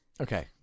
Okay